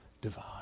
divine